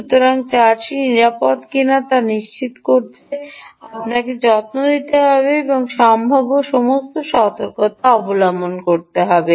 সুতরাং চার্জটি নিরাপদ কিনা তা নিশ্চিত করতে আপনাকে যত্ন নিতে হবে এবং সম্ভাব্য সমস্ত সতর্কতা অবলম্বন করতে হবে